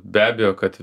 be abejo kad